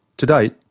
to date,